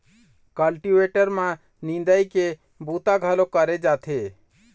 cultivator म निंदई के बूता घलोक करे जाथे